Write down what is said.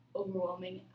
overwhelming